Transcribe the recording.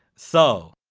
so,